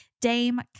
Dame